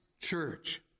church